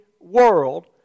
world